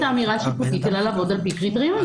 האמירה השיפוטית אלא לעבוד על פי קריטריונים.